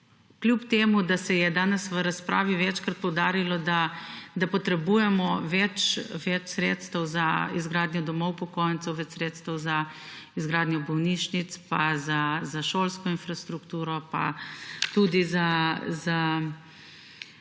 Kljub temu da se je danes v razpravi večkrat poudarilo, da potrebujemo več sredstev za izgradnjo domov upokojencev, več sredstev za izgradnjo bolnišnic pa za šolsko infrastrukturo, tudi za